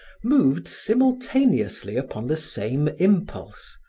moved simultaneously upon the same impulse,